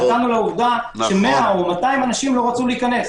חטאנו לעובדה שמאה או מאתיים אנשים לא רצו להיכנס.